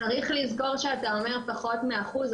צריך לזכור כשאתה אומר פחות מ-1%,